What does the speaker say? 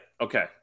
Okay